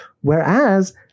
Whereas